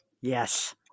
Yes